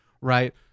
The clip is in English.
right